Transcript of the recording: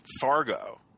Fargo